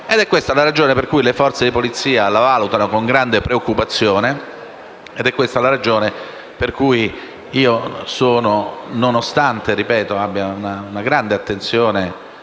È questa la ragione per cui le forze di polizia la valutano con grande preoccupazione. Ed è la ragione per cui io, nonostante presti una grande attenzione